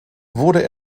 wurde